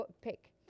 pick